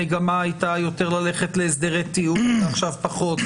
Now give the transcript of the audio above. המגמה הייתה ללכת יותר להסדרי טיעון ועכשיו פחות,